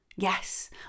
Yes